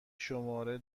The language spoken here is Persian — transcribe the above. شماره